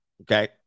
Okay